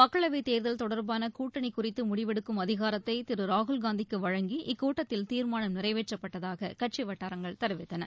மக்களவைத் தொடர்பானகூட்டணிகுறித்துமுடிவெடுக்கும் தேர்தல் அதிகாரத்தைதிருராகுல்காந்திக்குவழங்கி இக்கூட்டத்தில் தீர்மானம் நிறைவேற்றப்பட்டதாககட்சிவட்டாரங்கள் தெரிவித்தன